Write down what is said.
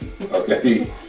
okay